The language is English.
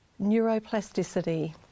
neuroplasticity